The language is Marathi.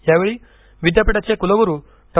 यावेळी विद्यापीठाचे कुलगुरू डॉ